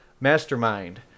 mastermind